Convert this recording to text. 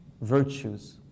virtues